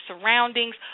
surroundings